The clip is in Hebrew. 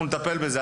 אנחנו נטפל בזה.